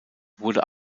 wurde